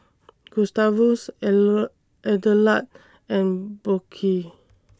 Gustavus Adelard and Burke